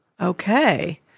okay